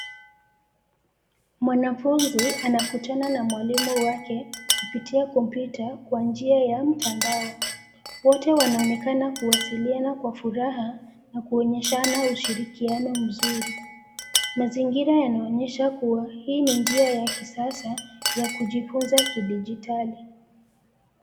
Mwanafunzi anakutana na mwalimu wake kupitia kompyuta kwa njia ya mtandao, wote wanaonekana kuwasiliana kwa furaha na kuonyeshana ushirikiano mzuri. Mazingira yanaonyesha kuwa hii ni njia ya kisasa ya kujifunza kidijitali.